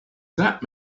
that